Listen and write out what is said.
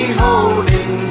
holding